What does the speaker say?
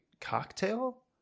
cocktail